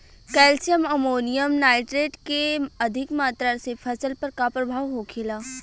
Calcium ammonium nitrate के अधिक मात्रा से फसल पर का प्रभाव होखेला?